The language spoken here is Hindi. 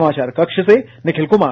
समाचार कहा से निखिल कुमार